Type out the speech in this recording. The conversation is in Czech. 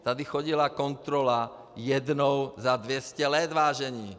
Tady chodila kontrola jednou za 200 let, vážení.